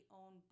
own